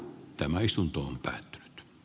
tämä istuntoon säädettäisiin